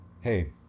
hey